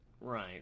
right